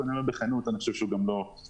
ואני אומר בכנות שאני חושב שהוא גם לא נכון.